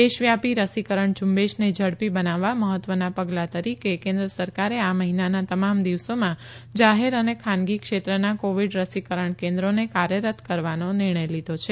દેશવ્યાપી રસીકરણ ઝુંબેશને ઝડપી બનાવવા મહત્વના પગલાં તરીકે કેન્દ્ર સરકારે આ મહિનાના તમામ દિવસોમાં જાહેર અને ખાનગી ક્ષેત્રના કોવિડ રસીકરણ કેન્દ્રોને કાર્યરત કરવાનો નિર્ણય લીધો છે